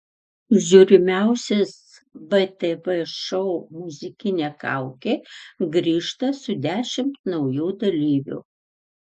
žiūrimiausias btv šou muzikinė kaukė grįžta su dešimt naujų dalyvių